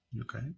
Okay